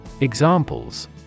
Examples